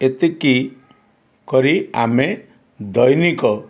ଏତିକି କରି ଆମେ ଦୈନିକ